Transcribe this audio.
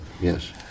Yes